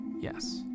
Yes